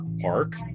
park